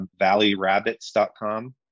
valleyrabbits.com